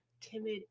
timid